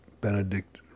Benedict